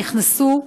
נכנסו?